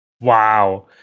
Wow